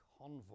Convoy